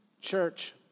Church